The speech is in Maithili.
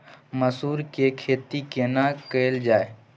मसूर के खेती केना कैल जाय?